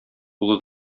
улы